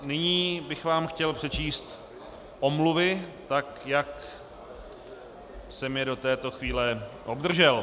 Nyní bych vám chtěl přečíst omluvy, tak jak jsem je do této chvíle obdržel.